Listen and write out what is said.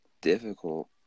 difficult